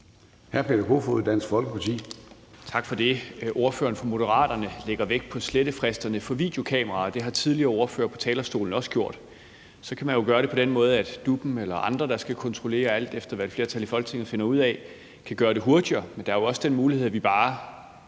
13:40 Peter Kofod (DF): Tak for det. Ordføreren for Moderaterne lægger vægt på slettefristerne for videokameraer, og det har tidligere ordførere på talerstolen også gjort. Så kan man jo gøre det på den måde, at DUP'en eller andre, der skal kontrollere, alt efter hvad et flertal i Folketinget finder ud af, kan gøre det hurtigere, men der er jo også den mulighed, at vi bare